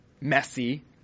messy